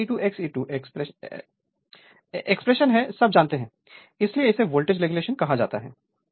तो Re2 XE2 expression यह सब जानते हैं इसलिए इसे वोल्टेज रेगुलेशन कहा जाता है